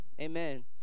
Amen